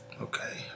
Okay